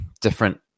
different